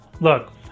Look